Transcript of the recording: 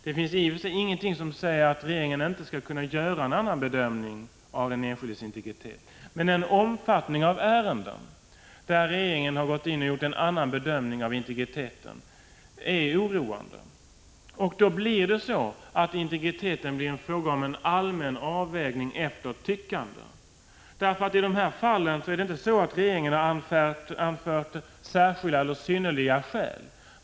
Det finns i och för sig ingenting som säger att regeringen inte skall kunna göra en annan bedömning än datainspektionen när det gäller den enskildes integritet. Men det stora antal ärenden, i vilka regeringen gått in och gjort en annan bedömning av integriteten än datainspektionen, är oroande. Då blir det i fråga om integriteten en allmän avvägning efter tyckande. I dessa fall har nämligen regeringen inte anfört särskilda eller synnerliga skäl.